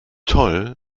toll